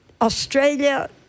Australia